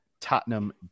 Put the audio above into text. tottenham